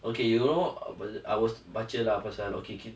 okay you know uh I was baca lah pasal okay can